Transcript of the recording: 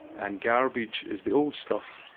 and garbage is the old stuff,